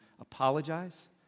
apologize